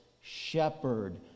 shepherd